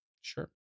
sure